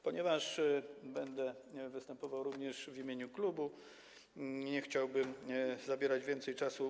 Ponieważ będę występował również w imieniu klubu, nie chciałbym zabierać więcej czasu.